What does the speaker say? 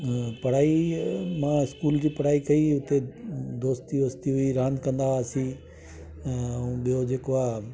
पढ़ाई मां इस्कूल जी पढ़ाई कई हुते दोस्ती वोस्ती बि रांदि कंदा हुआसीं अ ॿियो जेको आहे